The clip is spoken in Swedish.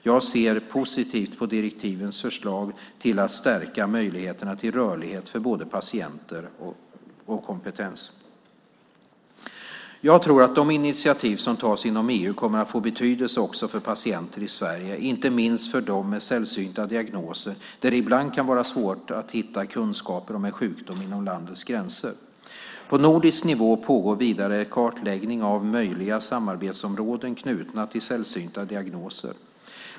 Jag ser positivt på direktivets förslag till att stärka möjligheterna till rörlighet för både patienter och kompetens. Jag tror att de initiativ som tas inom EU kommer att få betydelse också för patienter i Sverige, inte minst för dem med sällsynta diagnoser där det ibland kan vara svårt att hitta kunskaper om en sjukdom inom landets gränser. På nordisk nivå pågår vidare en kartläggning av möjliga samarbetsområden knutna till sällsynta diagnoser.